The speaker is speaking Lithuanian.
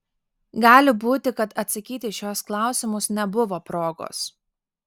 gali būti kad atsakyti į šiuos klausimus nebuvo progos